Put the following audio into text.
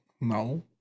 No